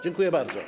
Dziękuję bardzo.